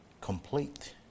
complete